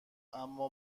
اما